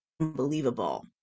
unbelievable